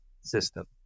system